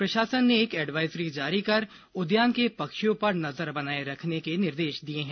प्रशासन ने एक एडवाइजरी जारी कर उद्यान के पक्षियों पर नजर बनाए रखने के निर्देश दिए हैं